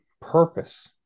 purpose